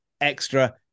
extra